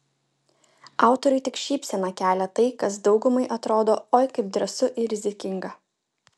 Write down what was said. autoriui tik šypseną kelia tai kas daugumai atrodo oi kaip drąsu ir rizikinga